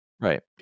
Right